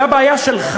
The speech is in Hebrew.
זו הבעיה.